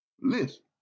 Listen